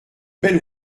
belle